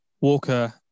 Walker